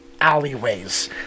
alleyways